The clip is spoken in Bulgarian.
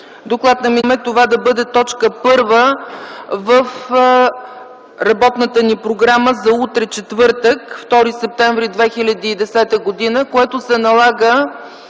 предлагаме това да бъде точка първа в работната ни програма за утре – четвъртък, 2 септември 2010 г., което се налага